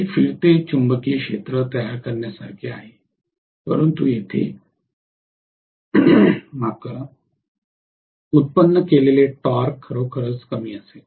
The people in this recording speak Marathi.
हे फिरते चुंबकीय क्षेत्र तयार करण्यासारखे आहे परंतु येथे व्युत्पन्न केलेले टॉर्क खरोखरच कमी असेल